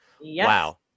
Wow